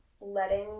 letting